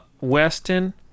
weston